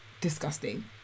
disgusting